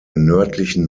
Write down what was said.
nördlichen